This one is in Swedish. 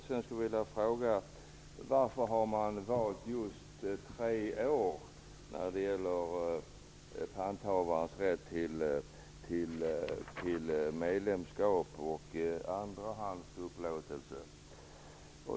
Jag skulle vilja fråga varför man har valt just tre år när det gäller panthavarens rätt till medlemskap och andrahandsupplåtelse.